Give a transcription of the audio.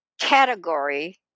category